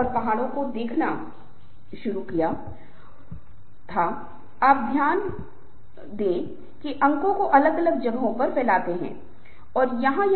एक और विद्वान जिनका नाम फिशर है उन्होंने समूह प्रगति का एक मॉडल दिया कि समूह कैसे प्रगति करता है